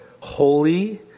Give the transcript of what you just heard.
holy